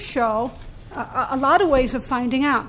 show a lot of ways of finding out